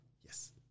Yes